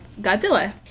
Godzilla